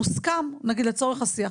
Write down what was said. מוסכם נגיד לצורך השיח,